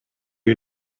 you